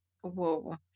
Whoa